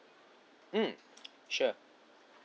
mm sure